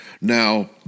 Now